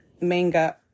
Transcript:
manga